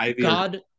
God